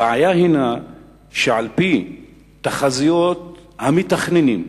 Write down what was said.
הבעיה הינה שעל-פי תחזיות המתכננים,